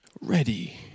ready